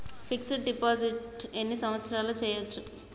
Fix డ్ deposit ఎన్ని సంవత్సరాలు చేయచ్చు?